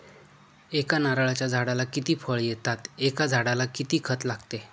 एका नारळाच्या झाडाला किती फळ येतात? एका झाडाला किती खत लागते?